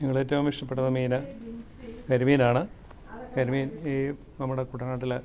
ഞങ്ങൾ ഏറ്റവും ഇഷ്ടപ്പെട്ടത് മീൻ കരിമീനാണ് കരിമീന് ഈ നമ്മുടെ കുട്ടനാട്ടിലെ